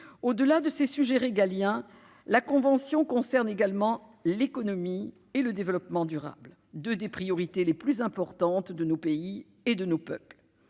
au-delà de ces sujets régaliens la convention concerne également l'économie et le développement durable de des priorités les plus importantes de nos pays et de nos peuples,